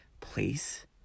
place